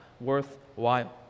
worthwhile